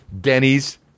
Denny's